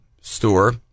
store